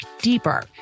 deeper